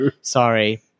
Sorry